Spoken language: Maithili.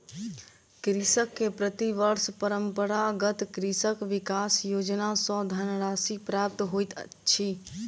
कृषक के प्रति वर्ष परंपरागत कृषि विकास योजना सॅ धनराशि प्राप्त होइत अछि